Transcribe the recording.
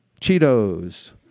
Cheetos